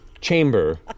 chamber